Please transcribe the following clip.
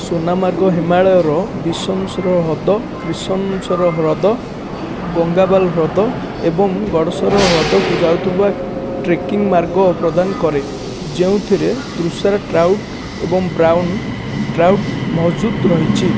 ସୋନାମାର୍ଗ ହିମାଳୟର ବିଶନ୍ସର ହ୍ରଦ କ୍ରିଶନସର ହ୍ରଦ ଗଙ୍ଗାବଲ ହ୍ରଦ ଏବଂ ଗଡ଼ସର ହ୍ରଦକୁ ଯାଉଥିବା ଟ୍ରେକିଂ ମାର୍ଗ ପ୍ରଦାନ କରେ ଯେଉଁଥିରେ ତୁଷାର ଟ୍ରାଉଟ୍ ଏବଂ ବ୍ରାଉନ୍ ଟ୍ରାଉଟ୍ ମହଜୁଦ ରହିଛି